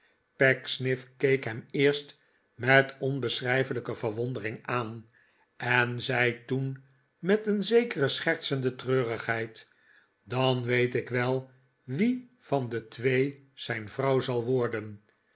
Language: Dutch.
pecksniff keek hem eerst met onbeschrijfelijke verwondering aan en zei toen met een zekere schertsende treurigheid r dan weet ik wel wie van de twee zijn vrouw zal worden